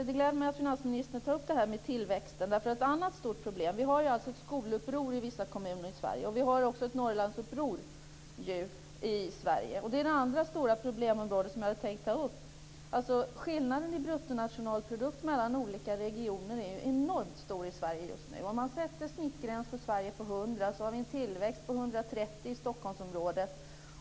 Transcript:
Det gläder mig att finansministern tar upp frågan om tillväxt. I vissa kommuner i Sverige har vi ett skoluppror, och vi har också ett Norrlandsuppror. Det handlar om det andra stora problemområdet som jag hade tänkt ta upp, nämligen att skillnaden i bruttonationalprodukt mellan olika regioner är enormt stor i Sverige just nu. Om man utgår från en snittgräns på 100 för Sverige, så har vi en tillväxt på 130 i Stockholmsområdet.